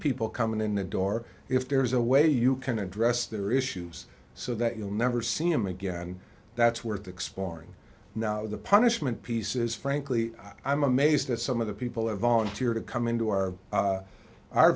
people coming in the door if there is a way you can address their issues so that you never see him again that's worth exploring the punishment pieces frankly i'm amazed at some of the people who volunteer to come into our